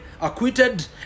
acquitted